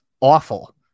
awful